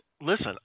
listen